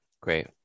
Great